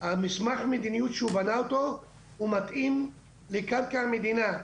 מסמך המדיניות שהוא בנה אותו הוא מתאים לקרקע המדינה,